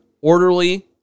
orderly